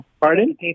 Pardon